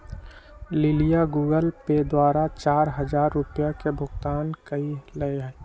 लिलीया Google Pay द्वारा चार हजार रुपिया के भुगतान कई लय